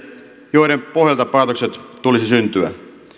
joiden pohjalta päätösten tulisi syntyä